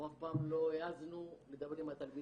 אנחנו אף פעם לא העזנו לדבר עם התלמידים